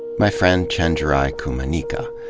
my friend chenjerai kumanyika.